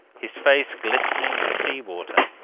his face, glistening with sea-water,